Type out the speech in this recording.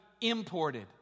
imported